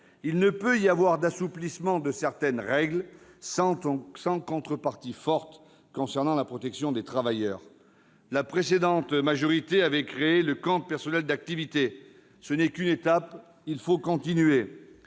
Il ne peut y avoir d'assouplissement de certaines règles sans contrepartie forte en termes de protection des travailleurs. La précédente majorité avait créé le compte personnel d'activité. Ce n'est qu'une étape ! Il faut continuer